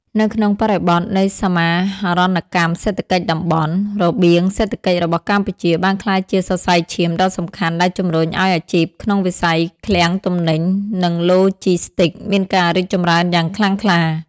នៅក្នុងបរិបទនៃសមាហរណកម្មសេដ្ឋកិច្ចតំបន់ របៀងសេដ្ឋកិច្ចរបស់កម្ពុជាបានក្លាយជាសរសៃឈាមដ៏សំខាន់ដែលជំរុញឱ្យអាជីពក្នុងវិស័យឃ្លាំងទំនិញ និងឡូជីស្ទីកមានការរីកចម្រើនយ៉ាងខ្លាំងក្លា។